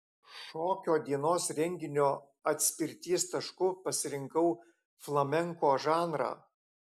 šokio dienos renginio atspirties tašku pasirinkau flamenko žanrą